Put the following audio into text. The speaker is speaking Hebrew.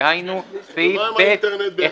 דהיינו סעיף (ב)(1)